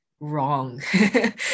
wrong